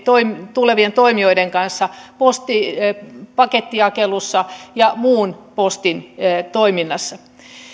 tulevien toimijoiden kanssa postipakettijakelussa ja muussa postin toiminnassa